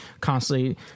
constantly